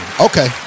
Okay